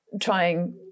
trying